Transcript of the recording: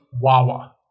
Wawa